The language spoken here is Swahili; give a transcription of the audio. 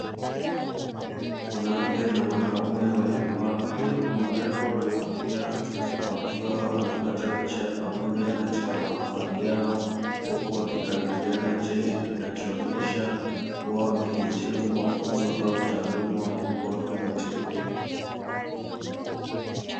Mwanamke na mwanaume waliovaa majoho marefu na kofia, wakiwa wanapata picha ya pamoja katika mahafali yao, huku wakikabidhiana cheti kinachoonyesha kuwa wamehitimu mafunzo au taaluma waliyokuwa wanapatiwa.